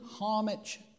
homage